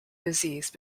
disease